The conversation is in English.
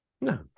No